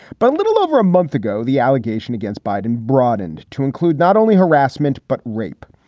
but a little over a month ago, the allegation against biden broadened to include not only harassment but rape,